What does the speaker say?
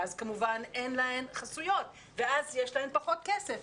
ואז אין להם חסויות ואז יש להם פחות כסף.